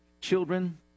Children